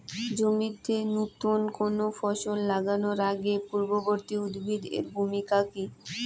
জমিতে নুতন কোনো ফসল লাগানোর আগে পূর্ববর্তী উদ্ভিদ এর ভূমিকা কি?